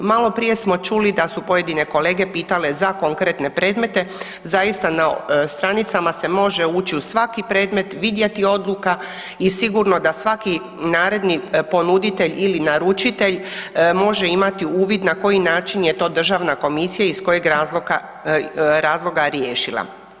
Maloprije smo čuli da su pojedine kolege pitale za konkretne predmete, zaista na stranicama se može ući u svaki predmet, vidjeti odluka i sigurno da svaki naredbi ponuditelj ili naručitelj može imati uvid na koji način je to Državna komisija i iz kojeg razloga riješila.